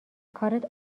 کارت